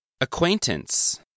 Acquaintance